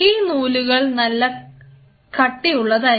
ഈ നൂലുകൾക്ക് നല്ല കട്ടി ഉണ്ടാകും